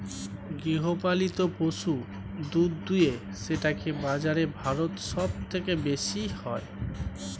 গৃহপালিত পশু দুধ দুয়ে সেটাকে বাজারে ভারত সব থেকে বেশি হয়